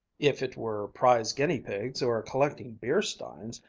if it were prize guinea-pigs or collecting beer-steins,